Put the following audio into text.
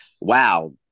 wow